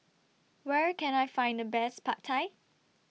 Where Can I Find The Best Pad Thai